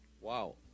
Wow